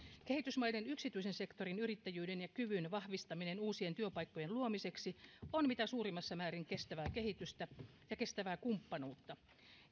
kehitysmaiden yksityisen sektorin yrittäjyyden ja kyvyn vahvistaminen uusien työpaikkojen luomiseksi on mitä suurimmassa määrin kestävää kehitystä ja kestävää kumppanuutta